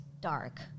dark